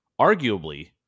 arguably